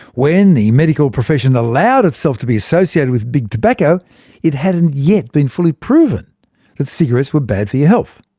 when the medical profession allowed itself to be associated with big tobacco it hadn't yet been fully proven that cigarettes were bad for your health.